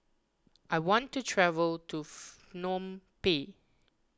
I want to travel to Phnom Penh